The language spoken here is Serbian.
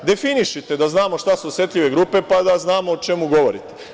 Definišite da znamo šta su osetljive grupe, pa da znamo o čemu govorite.